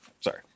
sorry